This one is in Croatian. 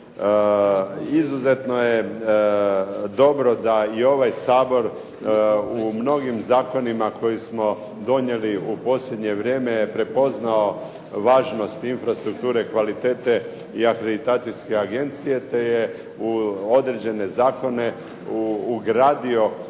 Izuzetno je dobro da i ovaj Sabor u mnogim zakonima koje smo donijeli u posljednje vrijeme je prepoznao važnost infrastrukture kvalitete i akreditacijske agencije te je u određene zakone ugradio